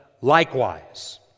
likewise